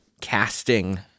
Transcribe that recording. casting